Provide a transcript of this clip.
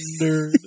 Nerd